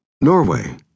Norway